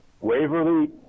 Waverly